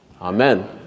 amen